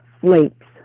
flakes